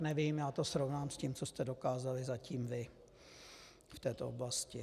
Nevím, já to srovnám s tím, co jste dokázali zatím vy v této oblasti.